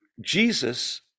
Jesus